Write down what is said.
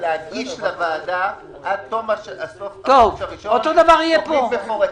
להגיש לוועדה עד תום החודש הראשון תוכנית מפורטת.